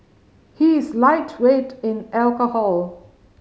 he is lightweight in alcohol